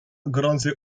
gorącej